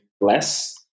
less